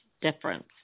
difference